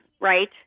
right